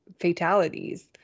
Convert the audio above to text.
fatalities